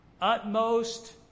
utmost